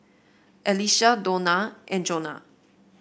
Alycia Dona and Jonah